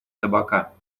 табака